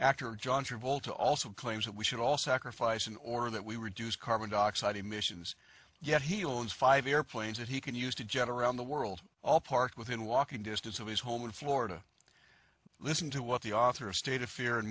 actor john travolta also claims that we should all sacrifice in order that we reduce carbon dioxide emissions yet he owns five airplanes that he can use to jet or on the world park within walking distance of his home in florida listen to what the author of state of fear and